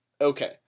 Okay